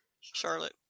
Charlotte